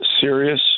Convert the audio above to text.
serious